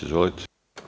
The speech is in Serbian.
Izvolite.